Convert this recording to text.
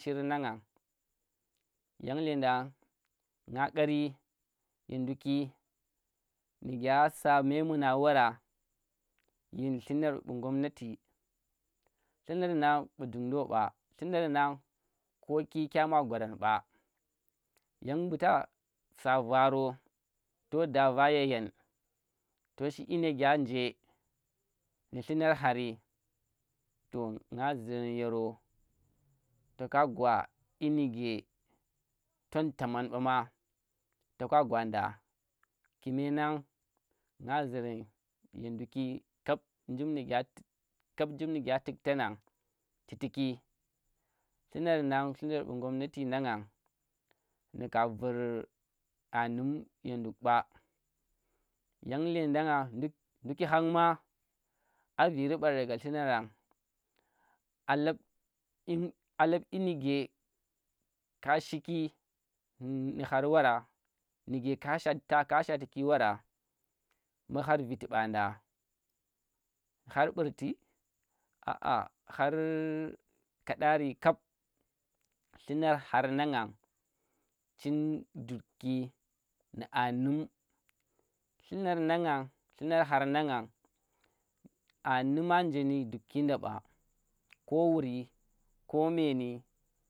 Shir nangan yan legndang dang nga kari ye nduki nu kya sa memuna wara ye nu llunar mbu gomnati llunar nan bu dungdo ɓa llunar nang ko ki kya ma go rang ɓa, yang mbu ta sa varo to daa vaa yayen to shi yinike nje nu llunar hari to nga ziran yoro to ka gwa yinike tom tamman bama to kwa gwanda kume nang nga zirani ye ndukki kap njim nike a tiktangu ku tuki llunar nang llunar mbu mbu gomnati nganang nu ka vur aa num ye nduk ɓa yan leengand nduki hang ma a viri bari daga llunar a lab alab yinnike ka shiki nu har wara nuke ka shwataki wara mbu har viti ɓa nda har ɓurti aa har kaɗari kab llunar har nangan chin dukki nu auum llunar ngannang llunar har ngannang anum manje nu dukki nda ɓa ko wuri ko meeni